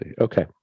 Okay